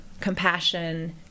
compassion